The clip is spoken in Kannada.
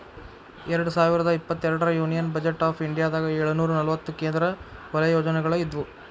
ಎರಡ್ ಸಾವಿರದ ಇಪ್ಪತ್ತೆರಡರ ಯೂನಿಯನ್ ಬಜೆಟ್ ಆಫ್ ಇಂಡಿಯಾದಾಗ ಏಳುನೂರ ನಲವತ್ತ ಕೇಂದ್ರ ವಲಯ ಯೋಜನೆಗಳ ಇದ್ವು